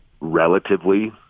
relatively